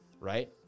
Right